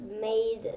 made